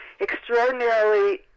extraordinarily